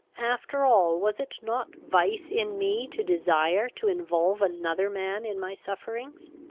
after all, was it not vice in me to desire to involve another man in my sufferings?